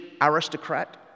aristocrat